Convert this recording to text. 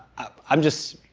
i'm just,